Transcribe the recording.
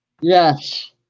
Yes